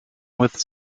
with